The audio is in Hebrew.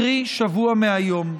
קרי, שבוע מהיום.